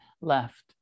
left